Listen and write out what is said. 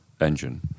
engine